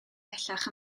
pellach